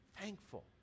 thankful